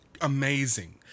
amazing